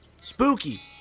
Spooky